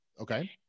Okay